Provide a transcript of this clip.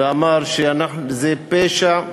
ואמר שזה פשע,